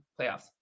playoffs